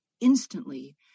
instantly